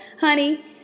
honey